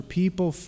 people